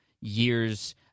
years